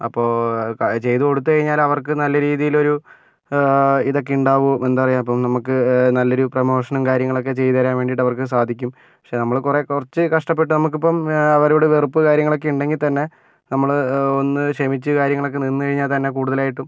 അപ്പോൾ അത് ചെയ്തുകൊടുത്തു കഴിഞ്ഞാൽ അവർക്ക് നല്ല രീതിയിലൊരു ഇതൊക്കെ ഉണ്ടാകും എന്താ പറയുക ഇപ്പം നമുക്ക് നല്ലൊരു പ്രൊമോഷനും കാര്യങ്ങളൊക്കെ ചെയ്തു തരാൻ വേണ്ടിയിട്ട് അവർക്ക് സാധിക്കും പക്ഷെ നമ്മൾ കുറേ കുറച്ച് കഷ്ടപ്പെട്ട് നമ്മൾക്കിപ്പം അവരോട് വെറുപ്പ് കാര്യങ്ങളൊക്കെ ഉണ്ടെങ്കിൽത്തന്നെ നമ്മൾ ഒന്ന് ക്ഷമിച്ച് കാര്യങ്ങളൊക്കെ തീർന്ന് കഴിഞ്ഞാൽ തന്നെ കൂടുതലായിട്ടും